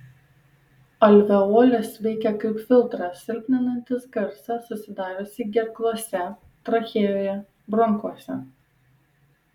alveolės veikia kaip filtras silpninantis garsą susidariusį gerklose trachėjoje bronchuose